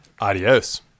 Adios